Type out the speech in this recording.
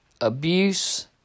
abuse